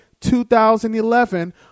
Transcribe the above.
2011